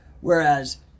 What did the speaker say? Whereas